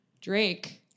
Drake